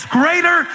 greater